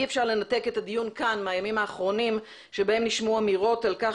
אי אפשר לנתק את הדיון כאן מהימים האחרונים שבהם נשמעו אמירות על כך